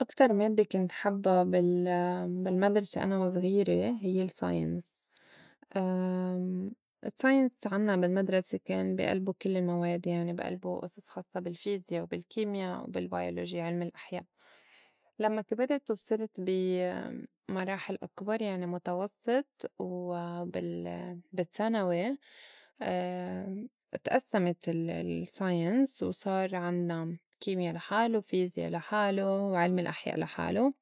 أكتر مادّة كنت حبّا بال بالمدرسة أنا وزغيره هيّ ال science science عنّا بالمدرسة كان بي ألبو كل المواد يعني بي ألبو أصص خاصّة بالفيزيا، وبالكيميا، وبالبيولوجي عِلْم الأحياء، لمّا كبرت وصرت بي مراحل أكبر يعني متوسّط و بال- بالثّانوي اتئسّمت ال- ال science وصار عنّا كيميا لحالو، وفيزيا لحالو، وعلم الأحياء لحالو،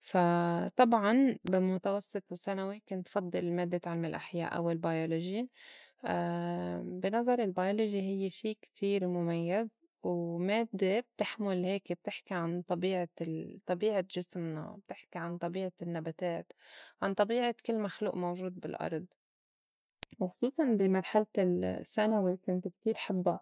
فا طبعاً بالمتوسّط والثّانوي كنت فضّل مادّة علم الأحياء أو البيولوجي. بي نظري البيولوجي هيّ شي كتير مُميّز ومادّة بتحمُل هيك بتحكي عن طبيعة ال- طبيعة جسمنا، بتحكي عن طبيعة النّباتات، عن طبيعة كل مخلوق موجود بالأرِض، وخصوصاً بي مرحلة ال- الثّانوي كنت كتير حبّا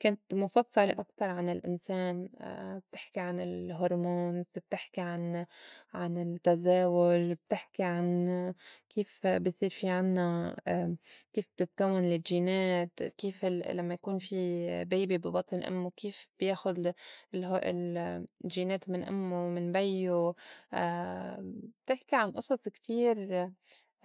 كانت مُفصّلة أكتر عن الإنسان بتحكي عن ال hormones، بتحكي عن- عن التّزاوج، بتحكي عن كيف بي صير في عنّا كيف بتتكوّن الجينات، كيف ال- لمّا يكون في بايبي بي بطن إمّه كيف بياخُد ال- ال- الجينات من أمّو من بيّو، بتحكي عن أصص كتير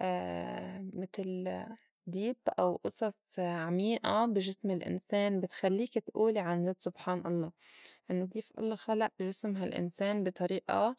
متل deep أو أصص عميقة بي جسم الإنسان بتخلّيك تقولي عنجد سبحان اللّه إنّو كيف الله خلق جسم هال إنسان بي طريئة.